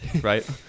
Right